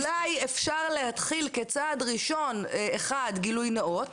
אולי אפשר להתחיל כצעד ראשון לחייב בגילוי נאות